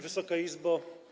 Wysoka Izbo!